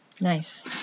Nice